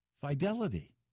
Fidelity